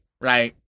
right